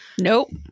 Nope